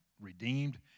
redeemed